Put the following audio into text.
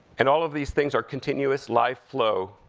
and all of these things are continuous life flow,